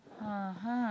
!huh! !huh!